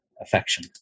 affection